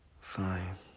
Fine